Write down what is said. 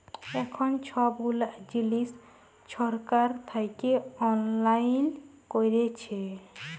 এখল ছব গুলা জিলিস ছরকার থ্যাইকে অললাইল ক্যইরেছে